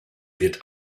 wird